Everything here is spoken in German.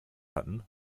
hatten